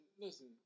Listen